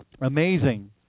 Amazing